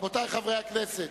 רבותי חברי הכנסת,